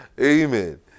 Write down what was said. amen